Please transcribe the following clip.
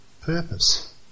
purpose